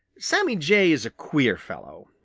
sammy jay is a queer fellow.